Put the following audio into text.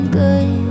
good